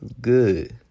Good